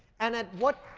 and at what.